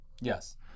Yes